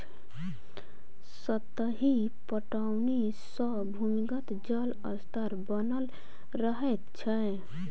सतही पटौनी सॅ भूमिगत जल स्तर बनल रहैत छै